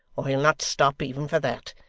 or he'll not stop, even for that.